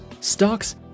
stocks